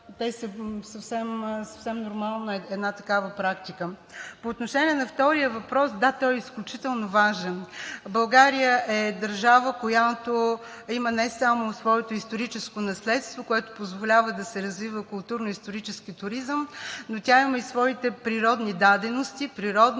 се – съвсем нормална е една такава практика. По отношение на втория въпрос, да, той е изключително важен. България е държава, която има не само своето историческо наследство, което позволява да се развива културно-исторически туризъм, но тя има и своите природни дадености, които